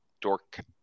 dork